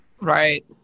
right